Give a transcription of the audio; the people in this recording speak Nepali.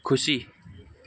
खुसी